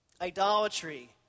Idolatry